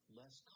less